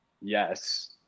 yes